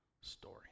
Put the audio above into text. story